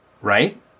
Right